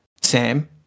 Sam